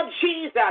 Jesus